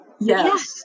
Yes